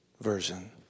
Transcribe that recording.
version